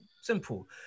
simple